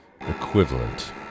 equivalent